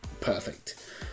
perfect